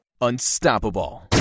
Unstoppable